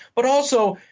but also,